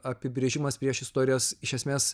apibrėžimas priešistorės iš esmės